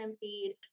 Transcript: feed